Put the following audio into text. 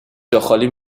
جاخالی